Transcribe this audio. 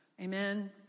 Amen